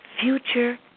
future